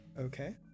okay